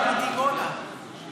בני ביטון זה מדימונה.